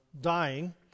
dying